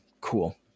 Cool